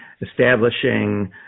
establishing